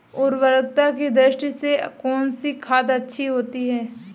उर्वरकता की दृष्टि से कौनसी खाद अच्छी होती है?